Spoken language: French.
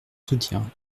soutient